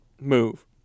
move